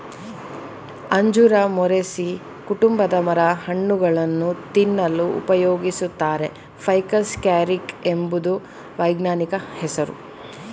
ಅಂಜೂರ ಮೊರೇಸೀ ಕುಟುಂಬದ ಮರ ಹಣ್ಣುಗಳನ್ನು ತಿನ್ನಲು ಉಪಯೋಗಿಸುತ್ತಾರೆ ಫೈಕಸ್ ಕ್ಯಾರಿಕ ಎಂಬುದು ವೈಜ್ಞಾನಿಕ ಹೆಸ್ರು